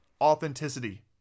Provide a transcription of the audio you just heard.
authenticity